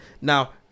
Now